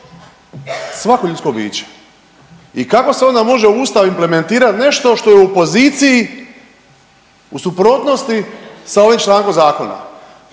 svako ljudsko biće i kako se onda može u ustav implementirat nešto što je u opoziciji, u suprotnosti sa ovim člankom zakona?